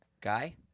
Guy